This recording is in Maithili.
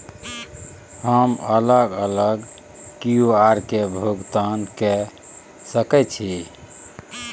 हम अलग अलग क्यू.आर से भुगतान कय सके छि?